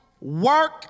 work